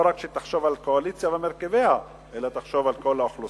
חושבת לא רק על הקואליציה ומרכיביה אלא על כל האוכלוסייה.